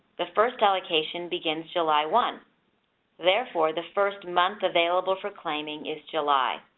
the first allocation begins july one therefore, the first month available for claiming is july.